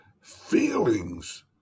feelings